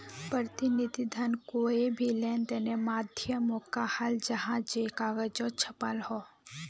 प्रतिनिधि धन कोए भी लेंदेनेर माध्यामोक कहाल जाहा जे कगजोत छापाल हो